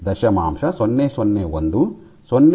001 0